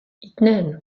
إثنان